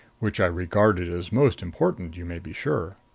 which i regarded as most important, you may be sure.